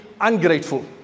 ungrateful